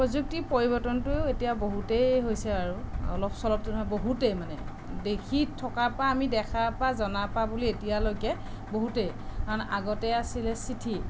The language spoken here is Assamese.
প্ৰযুক্তিৰ পৰিৱৰ্তনটো এতিয়া বহুতেই হৈছে আৰু অলপ চলপতো নহয় বহুতেই মানে দেখি থকাৰপৰা আমি দেখাৰপৰা জনাৰপৰা বুলি এতিয়ালৈকে বহুতেই কাৰণ আগতে আছিলে চিঠি